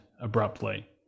abruptly